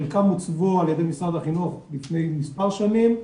חלקם הוצבו ע"י משרד החינוך לפני מס' שנים,